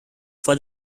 for